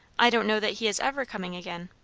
i don't know that he is ever coming again.